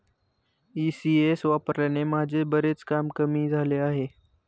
ECS वापरल्याने माझे बरेच काम कमी झाले आहे